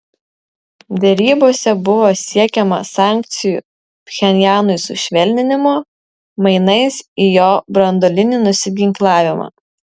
derybose buvo siekiama sankcijų pchenjanui sušvelninimo mainais į jo branduolinį nusiginklavimą